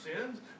sins